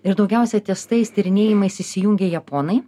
ir daugiausia ties tais tyrinėjimais įsijungė japonai